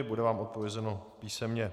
Bude vám odpovězeno písemně.